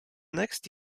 next